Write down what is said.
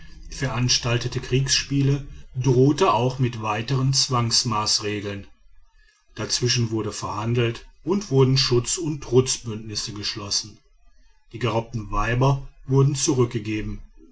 veranstaltete kriegsspiele drohte auch mit weiteren zwangsmaßregeln dazwischen wurde verhandelt und wurden schutz und trutzbündnisse geschlossen die geraubten weiber wurden zurückgegeben